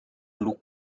lux